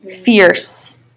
fierce